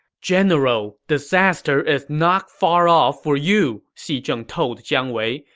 general, disaster is not far off for you! xi zheng told jiang wei.